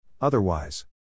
Otherwise